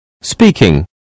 speaking